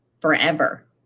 forever